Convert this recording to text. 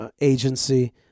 agency